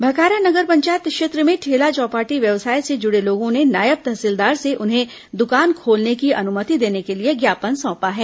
भखारा नगर पंचायत क्षेत्र में ठेला चौपाटी व्यवसाय से जुड़े लोगों ने नायब तहसीलदार से उन्हें द्कान खोलने की अनुमति देने के लिए ज्ञापन सौंपा है